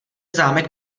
zámek